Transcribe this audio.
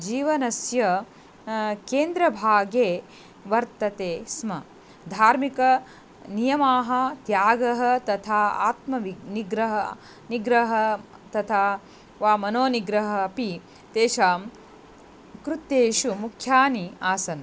जीवनस्य केन्द्रभागे वर्तते स्म धार्मिक नियमाः त्यागः तथा आत्मविनिग्रहः निग्रहः तथा वा मनोनिग्रहः अपि तेषां कृतेषु मुख्यानि आसन्